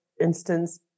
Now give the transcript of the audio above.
instance